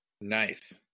Nice